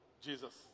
Jesus